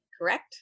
correct